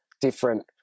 different